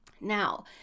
Now